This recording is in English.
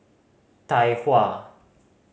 Tai Hua